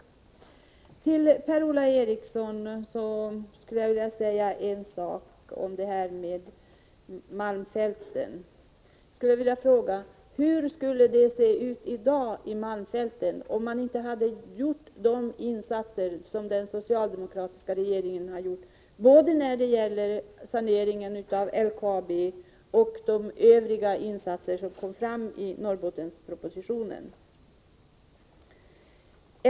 Jag vill fråga Per-Ola Eriksson en sak om malmfälten: Hur skulle det se ut i dag i malmfälten om man inte hade gjort de insatser som den socialdemokra tiska regeringen har gjort — både saneringen av LKAB och de övriga insatser som redovisades i Norrbottenspropositionen?